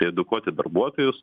edukuoti darbuotojus